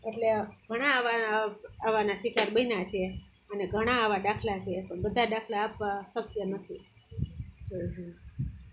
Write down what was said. એટલે ઘણા આવા આવવાના શિકાર બન્યા છે અને ઘણા આવા દાખલા છે પણ બધા દાખલા આપવા શક્ય નથી જય હિન્દ